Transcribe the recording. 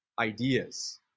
ideas